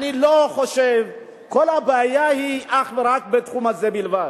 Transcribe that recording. אני לא חושב שכל הבעיה היא אך ורק בתחום הזה בלבד.